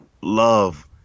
Love